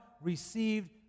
received